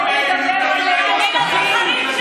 מה עם התקציב,